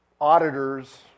auditors